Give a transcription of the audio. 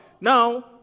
Now